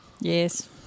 Yes